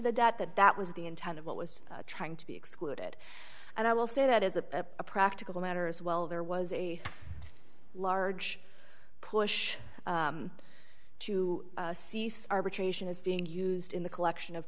the debt that that was the intent of what was trying to be excluded and i will say that as a practical matter as well there was a large push to cease arbitration is being used in the collection of